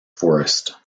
forest